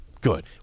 good